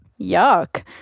Yuck